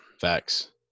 Facts